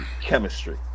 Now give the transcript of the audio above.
chemistry